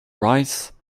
rice